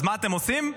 אז מה אתם עושים?